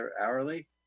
hourly